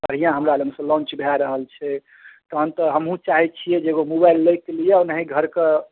बढ़िआँ हमरा लगसँ लौंच भए रहल छै तहन तऽ हमहुँ चाहैत छियै जे एगो मोबाइल लए कऽ लिअ ओनाहि घर कऽ